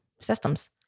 systems